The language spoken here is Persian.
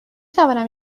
توانم